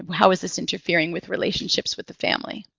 how is this interfering with relationships with the family?